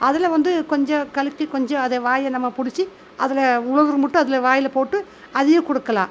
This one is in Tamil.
அதில் வந்து கொஞ்ச கலக்கி கொஞ்ச அது வாயை நம்ம பிடிச்சி அதில் விழுதுறமுட்டும் அதில் வாயில் போட்டு அதையும் கொடுக்கலாம்